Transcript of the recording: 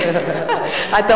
גם כמה גברים קיבלו מהיושב-ראש.